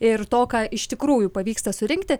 ir to ką iš tikrųjų pavyksta surinkti